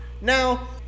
now